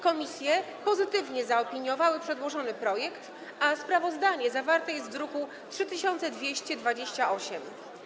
Komisje pozytywnie zaopiniowały przedłożony projekt, a sprawozdanie zawarte jest w druku nr 3228.